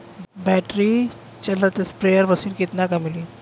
Battery चलत sprayer machine कितना क मिली?